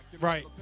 Right